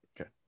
okay